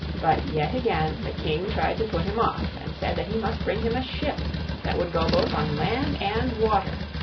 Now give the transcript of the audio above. but yet again the king tried to put him off, and said that he must bring him a ship that would go both on land and water.